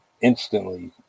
instantly